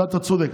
בזה אתה צודק,